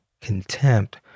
contempt